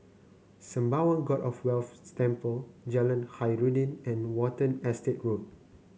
Sembawang God of Wealth Temple Jalan Khairuddin and Watten Estate Road